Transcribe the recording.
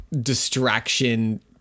distraction